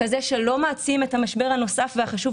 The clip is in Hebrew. כזה שלא מעצים את המשבר הנוסף והחשוב